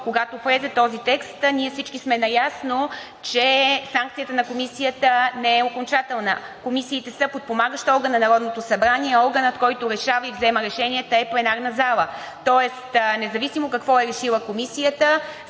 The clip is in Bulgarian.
когато влезе този текст, ние всички сме наясно, че санкцията на комисията не е окончателна. Комисиите са подпомагащ орган на Народното събрание, а органът, който решава и взема решенията, е пленарната зала, тоест, независимо какво е решила комисията,